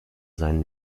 seinen